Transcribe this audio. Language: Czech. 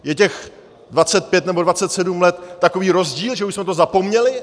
Je těch dvacet pět nebo dvacet sedm let takový rozdíl, že už jsme to zapomněli?